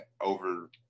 over